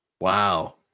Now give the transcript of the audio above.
wow